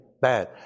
bad